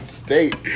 state